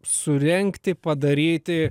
surengti padaryti